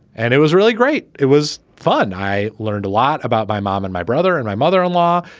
and it was really great. it was fun. i learned a lot about my mom and my brother and my mother in law.